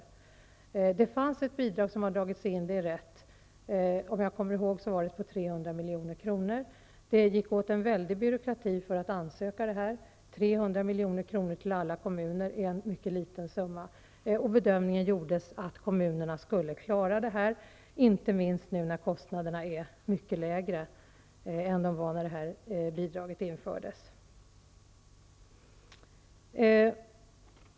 Det är riktigt att det fanns ett bidrag, som nu har dragits in. Det var på 300 milj.kr., om jag kommer ihåg rätt. Det gick åt en väldig byråkrati för att ansöka om detta bidrag. 300 milj.kr. till alla kommuner är en mycket liten summa, Bedömningen gjordes att kommunerna skulle klara detta, inte minst nu när kostnaderna är mycket lägre än de var när detta bidrag infördes.